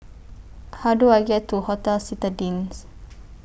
How Do I get to Hotel Citadines